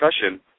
discussion